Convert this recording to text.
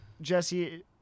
Jesse